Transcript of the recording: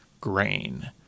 grain